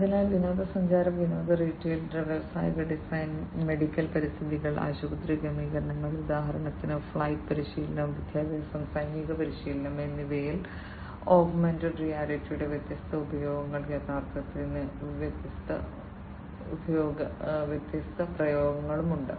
അതിനാൽ വിനോദസഞ്ചാരം വിനോദം റീട്ടെയിൽ വ്യാവസായിക ഡിസൈൻ മെഡിക്കൽ പരിതസ്ഥിതികൾ ആശുപത്രി ക്രമീകരണങ്ങൾ ഉദാഹരണത്തിന് ഫ്ലൈറ്റ് പരിശീലനം വിദ്യാഭ്യാസം സൈനിക പരിശീലനം എന്നിവയിൽ ഓഗ്മെന്റഡ് റിയാലിറ്റിയുടെ വ്യത്യസ്ത പ്രയോഗങ്ങൾ യാഥാർത്ഥ്യത്തിന് വ്യത്യസ്ത പ്രയോഗങ്ങളുണ്ട്